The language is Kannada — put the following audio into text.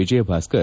ವಿಜಯಭಾಸ್ಕರ್